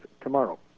tomorrow